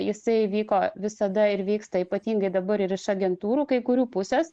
jisai vyko visada ir vyksta ypatingai dabar ir iš agentūrų kai kurių pusės